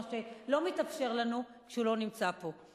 מה שלא מתאפשר לנו כשהוא לא נמצא פה.